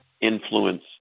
influence